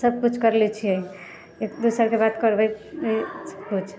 सब किछु कर लय छियै एक दू सालके बाद करबै सब किछु